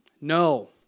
no